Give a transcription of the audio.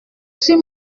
suis